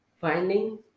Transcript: finding